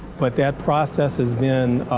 but that process has been